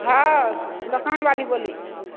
हँ दोकानवाली बोलै छी